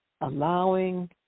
allowing